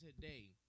today